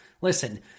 Listen